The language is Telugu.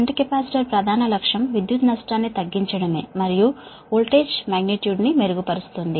షంట్ కెపాసిటర్ ప్రధాన లక్ష్యం విద్యుత్ లాస్ ను తగ్గించడమే మరియు ఓల్టేజ్ మాగ్నిట్యూడ్ ను మెరుగుపరుస్తుంది